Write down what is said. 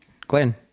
Glenn